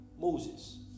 Moses